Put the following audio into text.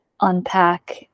unpack